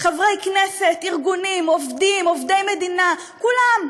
חברי כנסת, ארגונים, עובדים, עובדי המדינה, כולם.